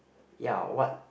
ya what